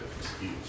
excuse